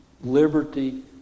liberty